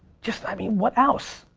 just i mean, what else?